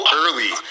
early